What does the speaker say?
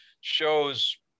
shows